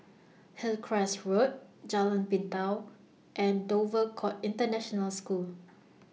Hillcrest Road Jalan Pintau and Dover Court International School